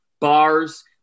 bars